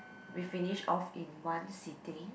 we finish off in one sitting